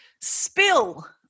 spill